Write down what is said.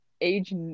age